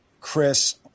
Chris